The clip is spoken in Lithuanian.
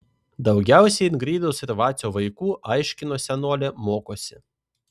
daugiausiai ingridos ir vacio vaikų aiškino senolė mokosi